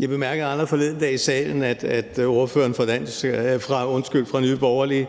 Jeg bemærkede allerede forleden dag i salen, at ordføreren for Nye Borgerlige